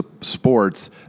sports